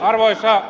heti